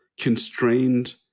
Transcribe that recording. constrained